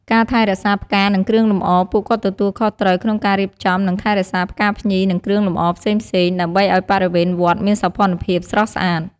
ការចាត់ចែងសំឡេង និងឧបករណ៍បំពងសម្លេង នៅក្នុងពិធីបុណ្យធំៗ ពួកគាត់ជួយរៀបចំប្រព័ន្ធភ្លើង និងឧបករណ៍បំពងសម្លេង ដើម្បីឲ្យព្រះសង្ឃសម្ដែងធម៌ ឬប្រកាសផ្សេងៗបានឮច្បាស់។